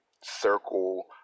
circle